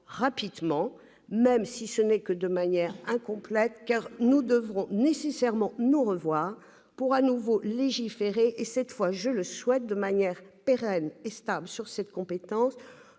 rapidement, même si ce n'est que de manière incomplète. Nous devrons nécessairement nous revoir pour légiférer de nouveau, et cette fois, je le souhaite, de manière pérenne et stable, au titre de cette compétence.